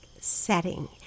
setting